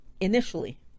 initially